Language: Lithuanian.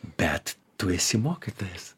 bet tu esi mokytojas